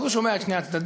הוא שומע את שני הצדדים,